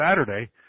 Saturday